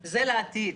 לעתיד.